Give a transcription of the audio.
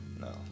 No